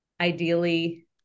ideally